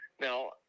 Now